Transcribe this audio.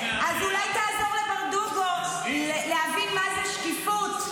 אז אולי תעזור לברדוגו להבין מה זו שקיפות.